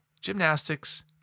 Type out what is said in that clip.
gymnastics